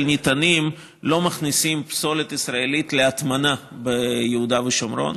ניתנים לא מכניסים פסולת ישראלית להטמנה ביהודה ושומרון,